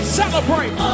celebrate